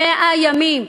100 ימים,